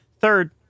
Third